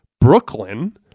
Brooklyn